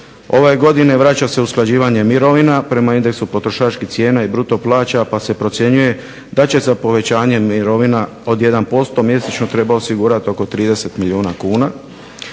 Ove godine vraća se usklađivanje mirovina prema indeksu potrošačkih cijena i bruto plaća pa se procjenjuje da će povećanjem mirovina od 1% mjesečno treba osigurat oko 30 milijuna kuna.